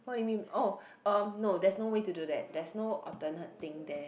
what you mean oh um there's no way to do that there's no alternate thing there